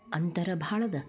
ಅಂತರ ಭಾಳದ